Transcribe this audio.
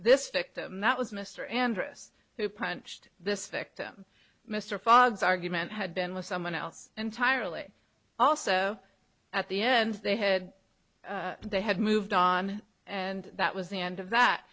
this victim that was mr andrus who punched this victim mr fogg's argument had been with someone else entirely also at the end they had they had moved on and that was the end of that